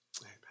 Amen